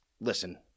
listen